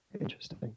Interesting